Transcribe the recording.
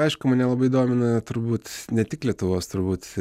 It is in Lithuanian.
aišku mane labai domina turbūt ne tik lietuvos turbūt